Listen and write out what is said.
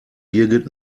birgit